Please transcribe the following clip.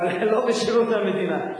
אבל לא בשירות המדינה.